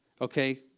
okay